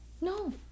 No